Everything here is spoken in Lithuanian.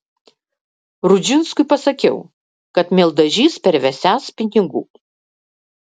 rudžinskui pasakiau kad mieldažys pervesiąs pinigų